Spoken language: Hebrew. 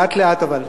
לאט-לאט אבל.